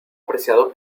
apreciado